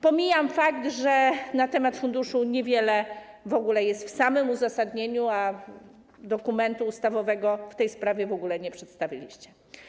Pomijam fakt, że na temat funduszu niewiele w ogóle jest w samym uzasadnieniu, a dokumentu ustawowego w tej sprawie w ogóle nie przedstawiliście.